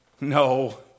No